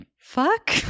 fuck